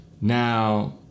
Now